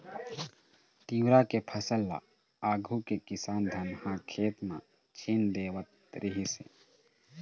तिंवरा के फसल ल आघु के किसान धनहा खेत म छीच देवत रिहिस हे